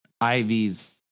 Ivy's